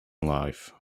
life